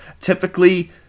Typically